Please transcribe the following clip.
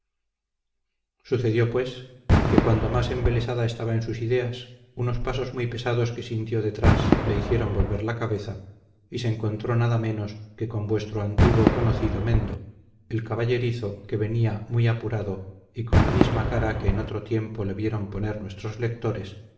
sucedió pues que cuando más embelesada estaba en sus ideas unos pasos muy pesados que sintió detrás le hicieron volver la cabeza y se encontró nada menos que con vuestro antiguo conocido mendo el caballerizo que venía muy apurado y con la misma cara que en otro tiempo le vieron poner nuestros lectores